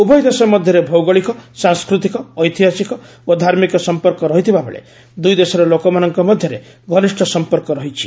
ଉଭୟ ଦେଶ ମଧ୍ୟରେ ଭୌଗଳିକ ସାଂସ୍କୃତିକ ଐତିହାସିକ ଓ ଧାର୍ମିକ ସମ୍ପର୍କ ରହିଥିବା ବେଳେ ଦୁଇ ଦେଶର ଲୋକମାନଙ୍କ ମଧ୍ୟରେ ଘନିଷ୍ଠ ସମ୍ପର୍କ ରହିଛି